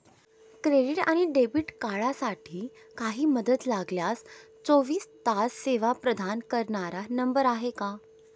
Credit आणि debit कार्डसाठी काही मदत लागल्यास चोवीस तास सेवा प्रदान करणारा नंबर आहे का?